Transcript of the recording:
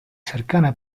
cercana